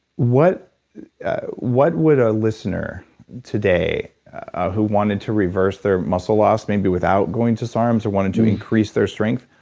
what what would a listener today who wanted to reverse their muscle loss maybe without going to sarms or wanting to increase their strength,